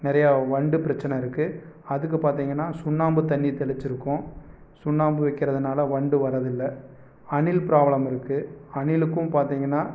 நிறையா வண்டு பிரச்சின இருக்குது அதுக்கு பாத்தீங்கன்னா சுண்ணாம்புத் தண்ணி தெளிச்சுருக்கோம் சுண்ணாம்பு வைக்கிறதுனால வண்டு வரதில்ல அணில் ப்ராப்ளம் இருக்குது அணிலுக்கும் பார்த்தீங்கன்னா